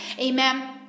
Amen